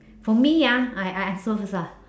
for me ah I I answer first ah